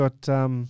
got